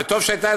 וטוב שהייתה,